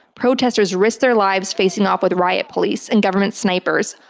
protestors risk their lives facing off with riot police and government snipers,